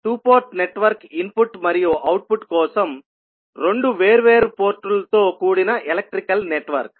2 port network input మరియు output కోసం రెండు వేర్వేరు పోర్టులతో కూడిన ఎలక్ట్రికల్ నెట్వర్క్